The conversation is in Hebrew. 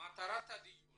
מטרת הדיור